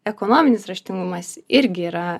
ekonominis raštingumas irgi yra